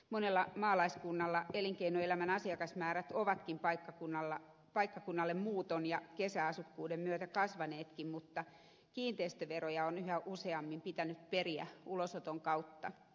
monella maalaiskunnalla elinkeinoelämän asiakasmäärät ovatkin paikkakunnalle muuton ja kesäasukkuuden myötä kasvaneetkin mutta kiinteistöveroja on yhä useammin pitänyt periä ulosoton kautta